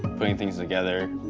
putting things together.